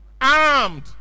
armed